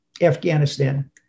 Afghanistan